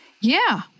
Yeah